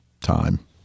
time